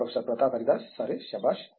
professor Pratap Haridas sir శబాష్